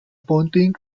pointing